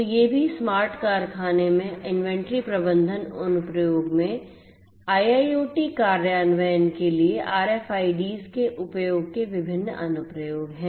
तो ये भी स्मार्ट कारखाने में इन्वेंट्री प्रबंधन अनुप्रयोग में IIoT कार्यान्वयन के लिए RFIDs के उपयोग के विभिन्न अन्य अनुप्रयोग हैं